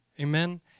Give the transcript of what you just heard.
Amen